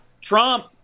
Trump